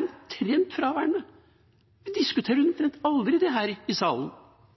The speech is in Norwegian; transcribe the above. omtrent fraværende. Vi diskuterer nesten aldri dette i salen.